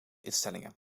instellingen